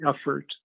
effort